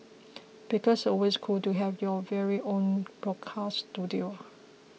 because always cool to have your very own broadcast studio